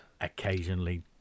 occasionally